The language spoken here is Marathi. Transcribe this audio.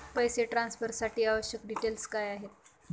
पैसे ट्रान्सफरसाठी आवश्यक डिटेल्स काय आहेत?